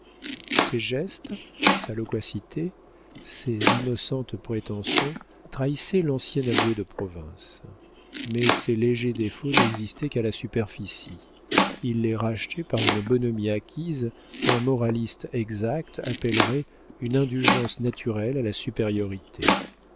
ses gestes sa loquacité ses innocentes prétentions trahissaient l'ancien avoué de province mais ces légers défauts n'existaient qu'à la superficie il les rachetait par une bonhomie acquise qu'un moraliste exact appellerait une indulgence naturelle à la supériorité